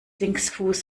linksfuß